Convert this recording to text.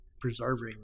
preserving